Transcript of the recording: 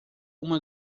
uma